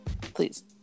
please